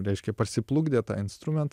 reiškia parsiplukdė tą instrumentą